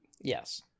Yes